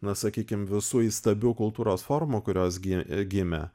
na sakykim visų įstabių kultūros formų kurios gi gimė